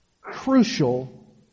crucial